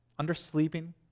undersleeping